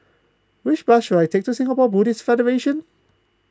which bus should I take to Singapore Buddhist Federation